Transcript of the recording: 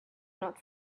not